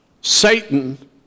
Satan